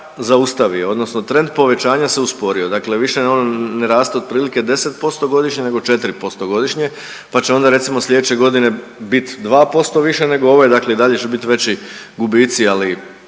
zaustavio odnosno trend povećanja se usporio. Dakle, više oni ne rastu otprilike 10% godišnje nego 4% godišnje pa onda recimo slijedeće godine biti 2% više nego ove, dakle i dalje će biti veći gubitci, ali